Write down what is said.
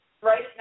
right